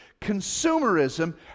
Consumerism